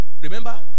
Remember